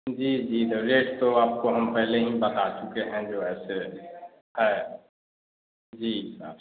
जी जी तो रेट तो आपको हम पहले हीं बता चुके हैं जो ऐसे जी आपसे